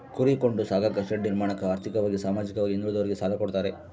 ಕುರಿ ಕೊಂಡು ಸಾಕಾಕ ಶೆಡ್ ನಿರ್ಮಾಣಕ ಆರ್ಥಿಕವಾಗಿ ಸಾಮಾಜಿಕವಾಗಿ ಹಿಂದುಳಿದೋರಿಗೆ ಸಾಲ ಕೊಡ್ತಾರೆ